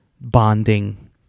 bonding